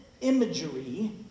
imagery